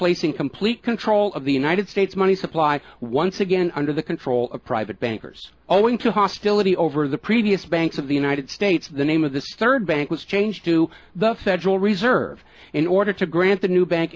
placing complete control of the united states money supply once again under the control of private bankers all went to hostility over the previous banks of the united states the name of this third bank was changed to the federal reserve in order to grant the new bank